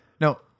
No